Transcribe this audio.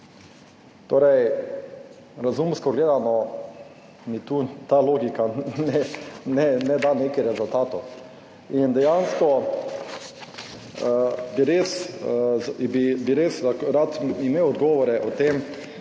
Torej, razumsko gledano mi tu ta logika ne da nekih rezultatov in dejansko bi res res rad imel odgovore o tem,